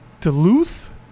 Duluth